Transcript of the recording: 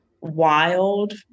wild